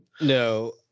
No